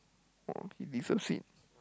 !woah! he deserves it